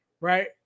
right